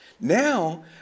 Now